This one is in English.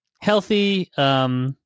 healthy